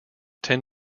tend